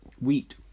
Wheat